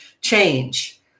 change